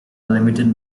limited